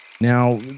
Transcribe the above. Now